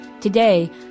Today